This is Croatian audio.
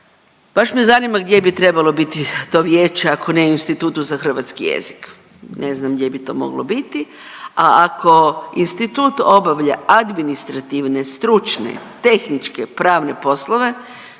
Baš me zanima gdje bi trebalo to vijeće ako ne u Institutu za hrvatski jezik. Ne znam gdje bi to moglo biti, a ako institut obavlja administrativne, stručne, tehničke, pravne poslove